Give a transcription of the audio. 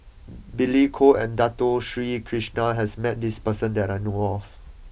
Billy Koh and Dato Sri Krishna has met this person that I know of